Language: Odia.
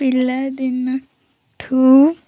ପିଲାଦିନଠୁ